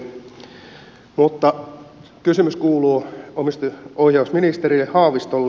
mutta kysymys kuuluu omistajaohjausministeri haavistolle